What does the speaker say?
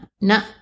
no